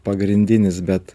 pagrindinis bet